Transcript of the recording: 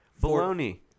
bologna